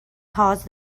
caused